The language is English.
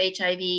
HIV